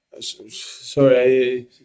Sorry